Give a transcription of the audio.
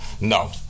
No